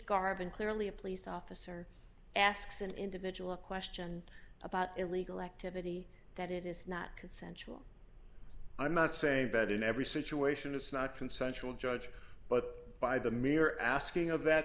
garb and clearly a police officer asks an individual a question about illegal activity that it is not consensual i'm not saying that in every situation it's not consensual judge but by the mere asking of that